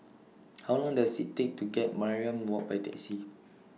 How Long Does IT Take to get to Mariam Walk By Taxi